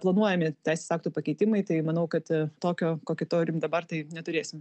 planuojami teisės aktų pakeitimai tai manau kad tokio kokį turim dabar taip neturėsim